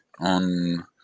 on